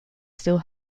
still